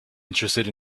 interested